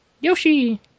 Yoshi